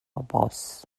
bros